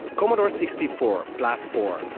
commodore sixty four, plus four,